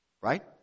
right